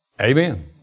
Amen